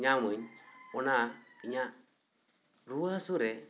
ᱧᱟᱢᱟᱹᱧ ᱚᱱᱟ ᱤᱧᱟᱹᱜ ᱨᱩᱣᱟᱹ ᱦᱟᱹᱥᱩ ᱨᱮ